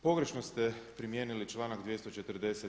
Pogrešno ste primijenili članak 240.